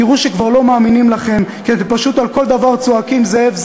תראו שכבר לא מאמינים לכם כי אתם פשוט על כל דבר צועקים "זאב,